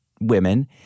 women